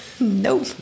nope